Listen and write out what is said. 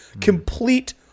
Complete